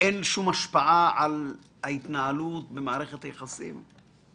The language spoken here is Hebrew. אין שום השפעה על ההתנהלות במערכת היחסים?